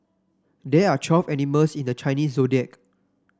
there are twelve animals in the Chinese Zodiac